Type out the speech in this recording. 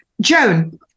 joan